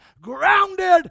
grounded